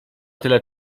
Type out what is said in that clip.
tyle